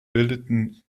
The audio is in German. bildeten